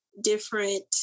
different